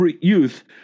youth